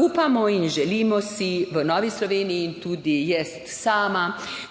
Upamo in želimo si v Novi Sloveniji in tudi jaz sama